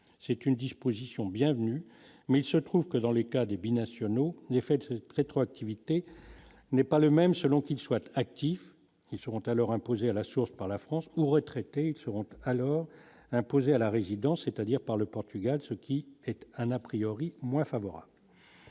c'est une disposition bienvenue mais il se trouve que dans les cas des binationaux fait rétroactivité n'est pas le même selon qu'ils soient actifs qui seront à alors imposer à la source par la France aux retraités seront eux alors imposer à la résidence, c'est-à-dire par le Portugal, ce qui était un a priori moins favorable.